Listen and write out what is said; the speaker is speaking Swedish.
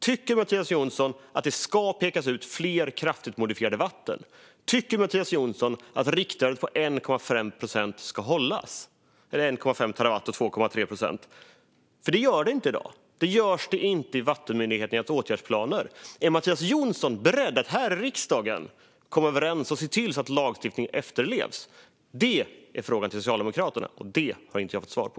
Tycker Mattias Jonsson att det ska pekas ut fler kraftigt modifierade vatten? Tycker Mattias Jonsson att riktvärdet på 1,5 terawatt och 2,3 procent ska hållas? Det görs inte i dag, och det görs inte i vattenmyndigheternas åtgärdsplaner. Är Mattias Jonsson beredd att komma överens här i riksdagen och se till att lagstiftningen efterlevs? Det är mina frågor till Socialdemokraterna, och dem har jag inte fått svar på.